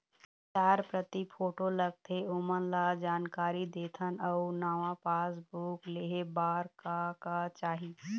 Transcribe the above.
चार प्रति फोटो लगथे ओमन ला जानकारी देथन अऊ नावा पासबुक लेहे बार का का चाही?